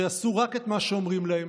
שיעשו את שאומרים להם,